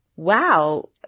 wow